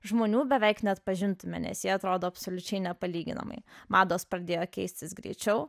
žmonių beveik neatpažintume nes jie atrodo absoliučiai nepalyginamai mados pradėjo keistis greičiau